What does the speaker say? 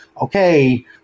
okay